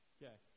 Okay